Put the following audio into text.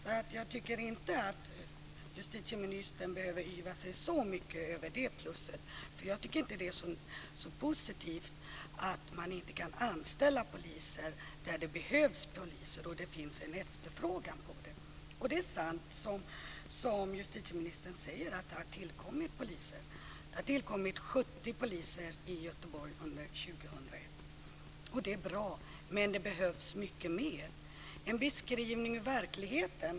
Jag tycker inte att justitieministern behöver yvas så mycket över det pluset. Jag tycker inte att det är så positivt att man inte kan anställa poliser där det behövs poliser och det finns en efterfrågan. Det är sant som justitieministern säger att det har tillkommit poliser. Det har tillkommit 70 poliser i Göteborg under 2001. Det är bra. Men det behövs mycket mer. Jag kan ge en beskrivning av verkligheten.